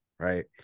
Right